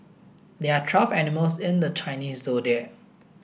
there are twelve animals in the Chinese Zodiac